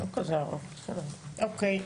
אוקי.